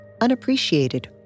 unappreciated